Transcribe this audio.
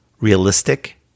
realistic